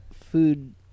food